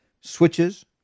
switches